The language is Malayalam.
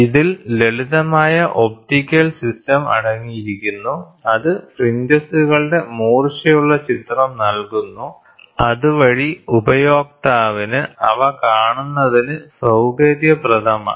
ഇതിൽ ലളിതമായ ഒപ്റ്റിക്കൽ സിസ്റ്റം അടങ്ങിയിരിക്കുന്നു അത് ഫ്രിഞ്ചസുകളുടെ മൂർച്ചയുള്ള ചിത്രം നൽകുന്നു അതുവഴി ഉപയോക്താവിന് അവ കാണുന്നതിന് സൌകര്യപ്രദമാണ്